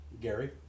Gary